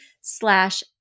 slash